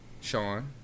Sean